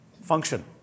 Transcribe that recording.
Function